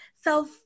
self